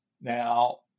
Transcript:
Now